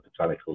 botanicals